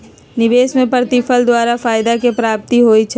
निवेश में प्रतिफल द्वारा फयदा के प्राप्ति होइ छइ